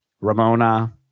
ramona